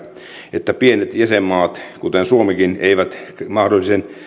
että pienet jäsenmaat kuten suomikin eivät mahdollisen